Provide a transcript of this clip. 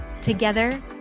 Together